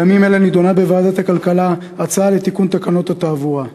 בימים אלו נדונה בוועדת הכלכלה הצעה לתיקון תקנות התעבורה.